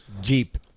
Jeep